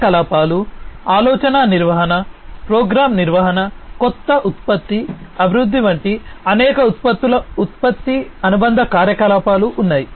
కార్యకలాపాలు ఆలోచన నిర్వహణ ప్రోగ్రామ్ నిర్వహణ కొత్త ఉత్పత్తి అభివృద్ధి వంటి అనేక ఉత్పత్తుల ఉత్పత్తి అనుబంధ కార్యకలాపాలు ఉన్నాయి